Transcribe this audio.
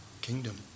kingdom